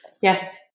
Yes